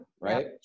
right